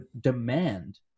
demand